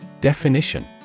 Definition